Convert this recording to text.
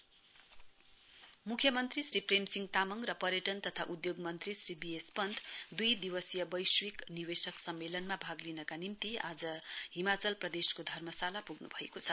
CM Himachal मुख्यमन्त्री श्री प्रेम सिंह तामाङ र पर्यटन तथा उद्योग मन्त्री श्री बीएस पन्त दुई दिवसीय वैश्विक निवेशक सम्मेलनमा भाग लिनका निम्ति आज हिमाचल प्रदेशको धर्मशाला पुग्नु भएको छ